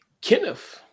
Kenneth